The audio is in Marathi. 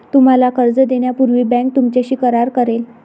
तुम्हाला कर्ज देण्यापूर्वी बँक तुमच्याशी करार करेल